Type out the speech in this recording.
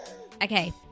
Okay